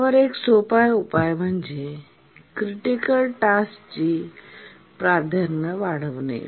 यावर एक सोपा उपाय म्हणजे क्रिटिकल टास्क ची प्राधान्य वाढवणे